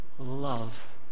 love